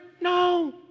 No